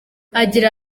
agira